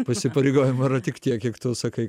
įsipareigojimų yra tik tiek kiek tu sakai